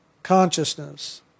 Consciousness